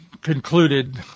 concluded